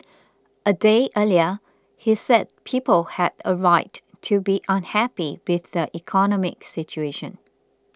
a day earlier he said people had a right to be unhappy with the economic situation